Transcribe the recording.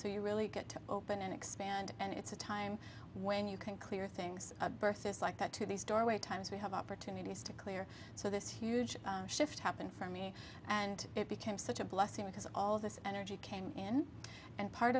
so you really get to open and expand and it's a time when you can clear things a birth is like that to these doorway times we have opportunities to clear so this huge shift happened for me and it became such a blessing because all of this energy came in and part